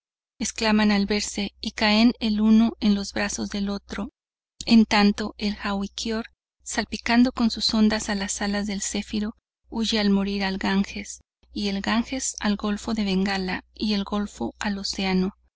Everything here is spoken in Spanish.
exclaman al verse y caen el uno en los brazos del otro en tanto el jawkior salpicando con sus ondas las alas del céfiro huye al morir al ganges y el ganges al golfo de bengala y el golfo al océano